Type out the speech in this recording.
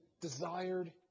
desired